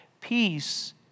Peace